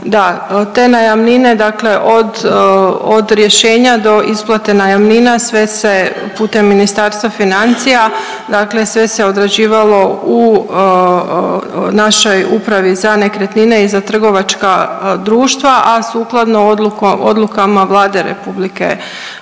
Da, te najamnine dakle od, od rješenja do isplate najamnina sve se putem Ministarstva financija, dakle sve se odrađivalo u našoj upravi za nekretnine i za trgovačka društva, a sukladno odlukama Vlade RH koje